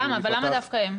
אבל למה דווקא הם?